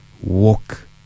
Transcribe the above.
walk